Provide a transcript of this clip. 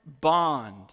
bond